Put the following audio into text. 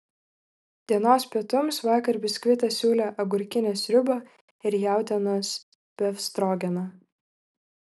dienos pietums vakar biskvitas siūlė agurkinę sriubą ir jautienos befstrogeną